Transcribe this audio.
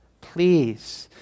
please